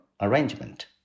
arrangement